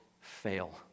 fail